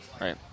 Right